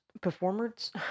Performers